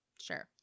Sure